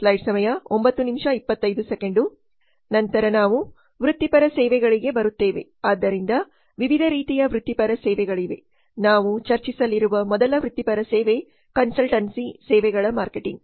ನಂತರ ನಾವು ವೃತ್ತಿಪರ ಸೇವೆಗಳಿಗೆ ಬರುತ್ತೇವೆ ಆದ್ದರಿಂದ ವಿವಿಧ ರೀತಿಯ ವೃತ್ತಿಪರ ಸೇವೆಗಳಿವೆ ನಾವು ಚರ್ಚಿಸಲಿರುವ ಮೊದಲ ವೃತ್ತಿಪರ ಸೇವೆ ಕನ್ಸಲ್ಟೆನ್ಸಿ ಸೇವೆಗಳ ಮಾರ್ಕೆಟಿಂಗ್